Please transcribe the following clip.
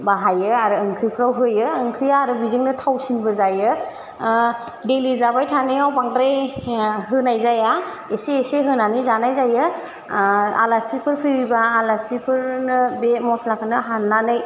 बाहायो आरो ओंख्रिफ्राव होयो ओंख्रिया बेजोंनो थावसिनबो जायो दैलि जाबाय थानायाव बांद्राय होनाय जाया एसे एसे होनानै जानाय जायो आलासिफोर फैयोब्ला आलासिफोरनो बे मस्लाखौनो हाननानै